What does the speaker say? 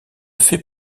fait